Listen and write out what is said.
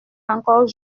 encore